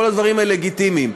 כל הדברים האלה לגיטימיים,